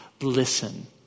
listen